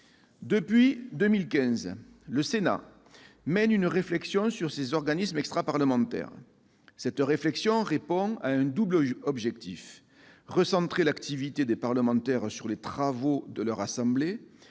Depuis 2015, le Sénat mène une réflexion sur ces organismes extraparlementaires. Cette réflexion répond à un double objectif : recentrer l'activité des parlementaires sur les travaux de leur assemblée